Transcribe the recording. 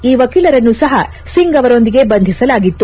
ಈ ವಕೀಲರನ್ನು ಸಹ ಸಿಂಗ್ ಅವರೊಂದಿಗೆ ಬಂಧಿಸಲಾಗಿತ್ತು